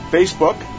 Facebook